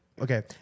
Okay